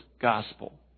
gospel